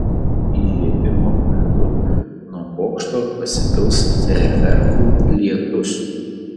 įžiebimo metu nuo bokšto pasipils fejerverkų lietus